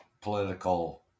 political